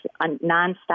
nonstop